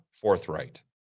forthright